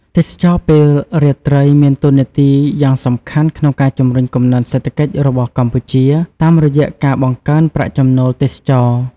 ទេសចរណ៍ពេលរាត្រី មានតួនាទីយ៉ាងសំខាន់ក្នុងការជំរុញកំណើនសេដ្ឋកិច្ចរបស់កម្ពុជា តាមរយៈការបង្កើនប្រាក់ចំណូលទេសចរណ៍។